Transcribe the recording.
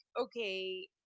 okay